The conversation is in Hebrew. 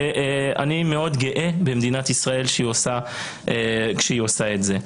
אני מאוד גאה במדינת ישראל שעושה את זה.